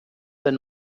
wenn